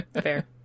Fair